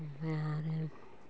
ओमफाय आरो